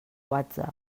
whatsapp